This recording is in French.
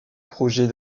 projet